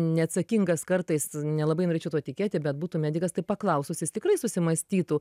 neatsakingas kartais nelabai norėčiau tuo tikėti bet būtų medikas tai paklausus jis tikrai susimąstytų